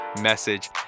message